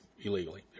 Illegally